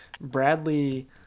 Bradley